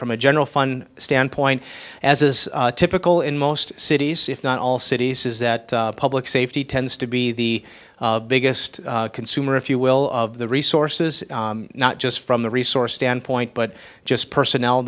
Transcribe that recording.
from a general fun standpoint as is typical in most cities if not all cities is that public safety tends to be the biggest consumer if you will of the resources not just from the resource standpoint but just personnel